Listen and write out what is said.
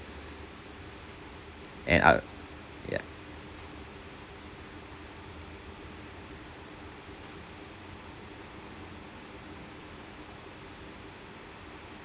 and uh ya